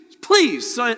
please